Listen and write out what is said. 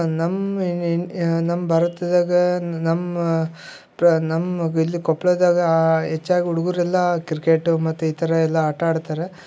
ನಮ್ಮ ನಮ್ಮ ಭಾರತದಾಗ ನಮ್ಮ ಪ್ರ ನಮ್ಮ ಗಿಲ್ಲಿ ಕೊಪ್ಪಳದಾಗ ಹೆಚ್ಚಾಗಿ ಹುಡುಗುರೆಲ್ಲ ಕ್ರಿಕೆಟು ಮತ್ತು ಈ ಥರ ಎಲ್ಲಾ ಆಟ ಆಡ್ತಾರೆ